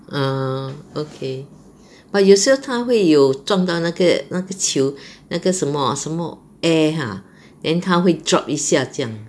uh okay but 有时候它会有撞到那个那个球那个什么什么 air !huh! then 它会 drop 一下这样